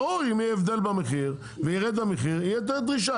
ברור אם יהיה הבדל במחיר וירד המחיר תהיה יותר דרישה,